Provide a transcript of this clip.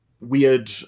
weird